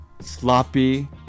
sloppy